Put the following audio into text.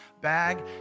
bag